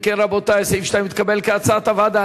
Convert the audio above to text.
אם כן, רבותי, סעיף 2 נתקבל, כהצעת הוועדה.